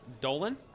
Dolan